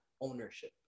ownership